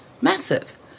Massive